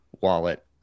wallet